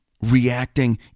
reacting